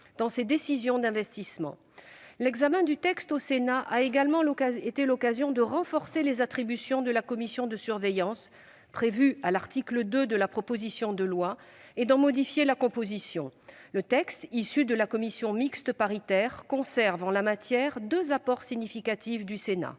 dans ses décisions d'investissement. L'examen du texte au Sénat a également été l'occasion de renforcer les attributions de la commission de surveillance, prévue à l'article 2 de la proposition de loi, et d'en modifier la composition. Le texte issu de la commission mixte paritaire conserve, en la matière, deux apports significatifs du Sénat